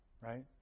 Right